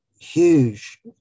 huge